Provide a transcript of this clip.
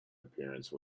appearance